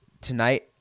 tonight